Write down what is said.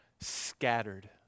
scattered